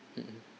mmhmm